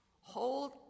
Hold